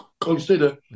consider